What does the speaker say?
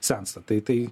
sensta tai tai